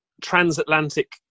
transatlantic